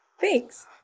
thanks